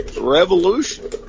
revolution